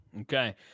Okay